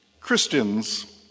Christians